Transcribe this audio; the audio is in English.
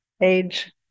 age